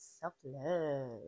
self-love